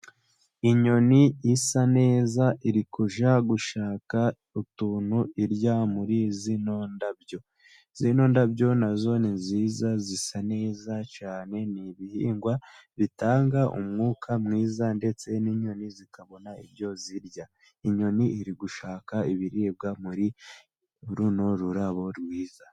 Inyoni isa neza iri kujya gushaka utuntu irya muri zino ndabyo. Zino ndabyo nazo ni nziza zisa neza cyane, ni ibihingwa bitanga umwuka mwiza, ndetse n'inyoni zikabona ibyo zirya. Inyoni iri gushaka ibiribwa muri runo rurabo rwiza.